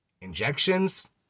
Injections